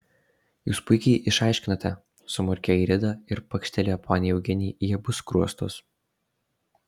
jūs puikiai išaiškinote sumurkė airida ir pakštelėjo poniai eugenijai į abu skruostus